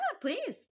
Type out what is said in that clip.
please